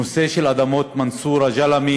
הנושא של אדמות מנסורה-ג'למה,